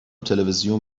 تلویزیون